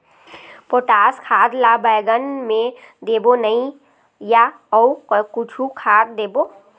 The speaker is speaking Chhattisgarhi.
पोटास खाद ला बैंगन मे देबो नई या अऊ कुछू खाद देबो?